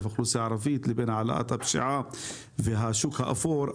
האוכלוסייה הערבית לבין העלאת הפשיעה והשוק האפור.